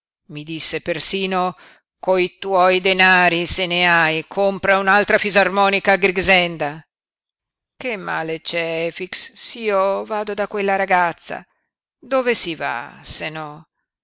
mi disse persino coi tuoi denari se ne hai compra un'altra fisarmonica a grixenda che male c'è efix s'io vado da quella ragazza dove si va se